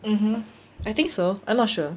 mmhmm I think so I'm not sure